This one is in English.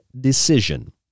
decision